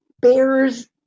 bears